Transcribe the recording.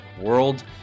world